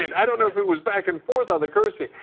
and i don't know if it was back and forth on the cursing,